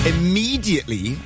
Immediately